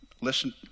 Listen